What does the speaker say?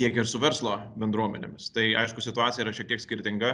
tiek ir su verslo bendruomenėmis tai aišku situacija yra šiek tiek skirtinga